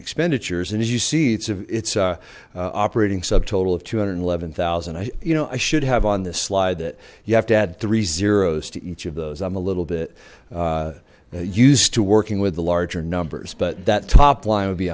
expenditures and as you see it's a it's a operating subtotal of two hundred eleven thousand i you know i should have on this slide that you have to add three zeros to each of those i'm a little bit used to working with the larger numbers but that top line would be